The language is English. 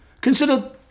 Consider